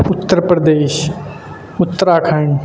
Uttar Pradesh Uttarakhand